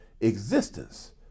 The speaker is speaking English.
existence